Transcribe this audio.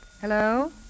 Hello